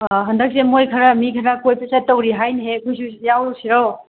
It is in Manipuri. ꯑꯥ ꯍꯟꯗꯛꯁꯦ ꯃꯣꯏ ꯈꯔ ꯃꯤ ꯈꯔ ꯀꯣꯏꯕ ꯆꯠꯇꯧꯔꯤ ꯍꯥꯏꯅꯦꯍꯦ ꯑꯩꯈꯣꯏꯁꯨ ꯌꯥꯎꯔꯨꯁꯤꯔꯣ